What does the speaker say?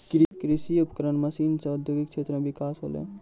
कृषि उपकरण मसीन सें औद्योगिक क्षेत्र म बिकास होलय